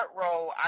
role